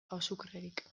azukrerik